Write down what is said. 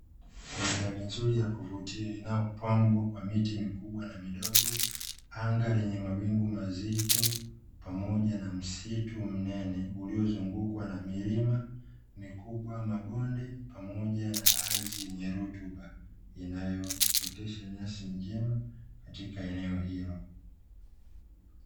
Mandhari nzuri ya kuvutia inayopambwa kwa miti mikubwa na midogo, anga lenye mawingu mazito pamoja na msitu mnene uliozungukwa na milima kikubwa, mabonde pamoja na ardhi yenye rutuba inayootesha nyasi vyema katika eneo hilo.